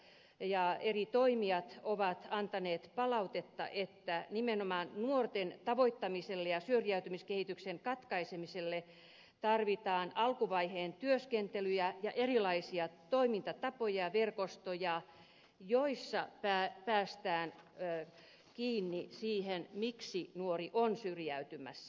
asiantuntijat ja eri toimijat ovat antaneet palautetta että nimenomaan nuorten tavoittamiseksi ja syrjäytymiskehityksen katkaisemiseksi tarvitaan alkuvaiheen työskentelyä ja erilaisia toimintatapoja verkostoja joissa päästään kiinni siihen miksi nuori on syrjäytymässä